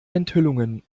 enthüllungen